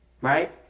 Right